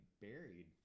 buried